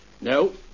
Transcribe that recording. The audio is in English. No